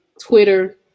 Twitter